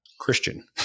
Christian